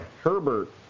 Herbert